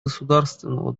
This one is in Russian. государственного